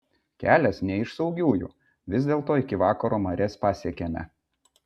kelias ne iš saugiųjų vis dėlto iki vakaro marias pasiekėme